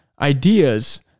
ideas